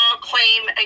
claim